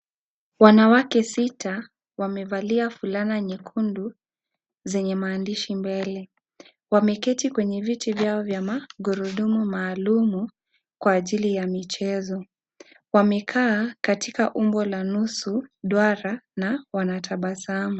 Wanawake sita, wamevalia fulana nyekundu, zenye maandishi mbele, wameketi kwenye viti vyao vya magurudumu maalumu, kwa ajili ya michezo, wamekaa, katika umbo la nusu, duara, na, wanatabasamu.